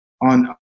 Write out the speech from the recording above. on